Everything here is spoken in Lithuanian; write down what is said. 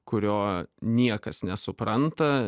kurio niekas nesupranta